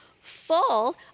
full